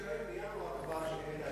בינואר כבר שאלה התוכניות.